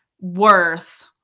worth